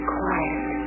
Quiet